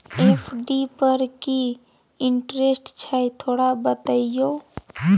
FD पर की interest छय थोरा बतईयो?